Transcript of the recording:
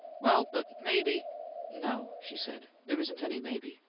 well, but maybe no, she said. there isn't any maybe.